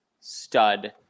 stud